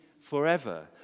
forever